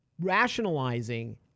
rationalizing